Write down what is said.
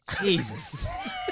Jesus